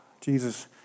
Jesus